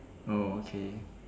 oh okay